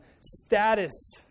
status